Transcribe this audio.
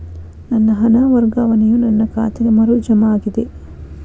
ನನ್ನ ಹಣ ವರ್ಗಾವಣೆಯು ನನ್ನ ಖಾತೆಗೆ ಮರು ಜಮಾ ಆಗಿದೆ